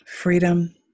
freedom